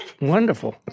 wonderful